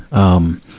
um,